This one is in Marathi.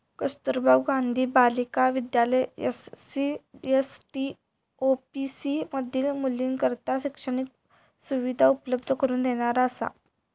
Kasturba Gandhi Balika Vidyalaya SC, ST, OBC मधील मुलींकरता शैक्षणिक सुविधा उपलब्ध करून देणारा असा